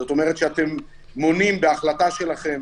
זאת אומרת שאתם מונעים בהחלטה שלכם